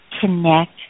Connect